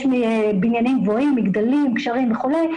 יש מבניינים גבוהים, מגדלים, גשרים וכולי.